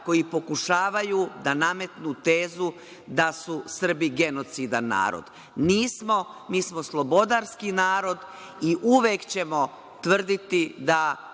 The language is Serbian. koji pokušavaju da nametnu tezu da su Srbi genocidan narod. Nismo. Mi smo slobodarski narod i uvek ćemo tvrditi da